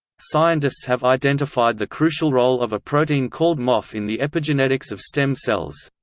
scientists have identified the crucial role of a protein called mof in the epigenetics of stem cells.